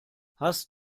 hast